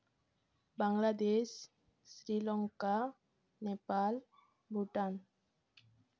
Bangladesh Sri Lanka Nepal Bhutan